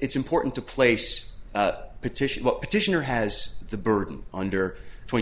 it's important to place a petition but petitioner has the burden under twenty